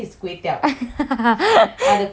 hor fun னு சொல்றாங்க:nu solraange